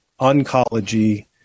oncology